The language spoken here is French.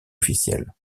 officielles